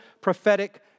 prophetic